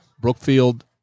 Brookfield